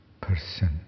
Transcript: person